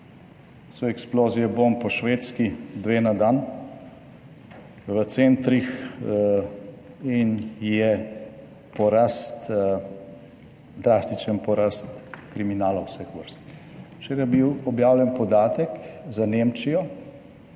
So eksplozije bomb po Švedski dve na dan v centrih in je porast, drastičen porast, kriminala v vseh vrst. Včeraj je bil objavljen podatek za Nemčijo,